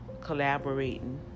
collaborating